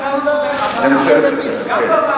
וגם,